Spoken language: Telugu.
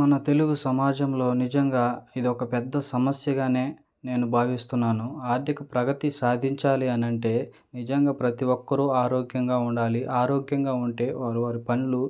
మన తెలుగు సమాజంలో నిజంగా ఇది ఒక పెద్ద సమస్యగానే నేను భావిస్తున్నాను ఆర్థిక ప్రగతి సాధించాలి అనంటే నిజంగా ప్రతీ ఒక్కరూ ఆరోగ్యంగా ఉండాలి ఆరోగ్యంగా ఉంటే వారి వారి పనులు